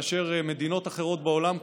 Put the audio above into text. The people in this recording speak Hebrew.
ומדינות אחרות בעולם,